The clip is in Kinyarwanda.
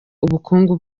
ubukungu